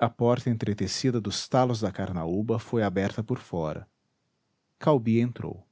a porta entretecida dos talos da carnaúba foi aberta por fora caubi entrou